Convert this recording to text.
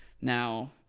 now